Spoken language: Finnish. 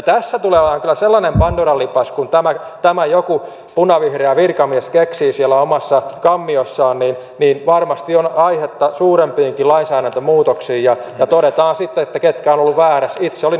tässä tulee olemaan kyllä sellainen pandoran lipas kun tämän joku punavihreä virkamies keksii siellä omassa kammiossaan että varmasti on aihetta suurempiinkin lainsäädäntömuutoksiin ja todetaan sitten ketkä ovat olleet väärässä